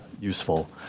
useful